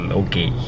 okay